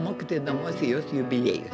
mokytojų namuose jos jubiliejus